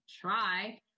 try